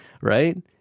right